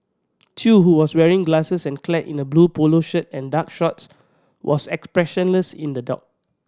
chew who was wearing glasses and clad in a blue polo shirt and dark shorts was expressionless in the dock